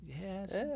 yes